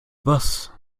was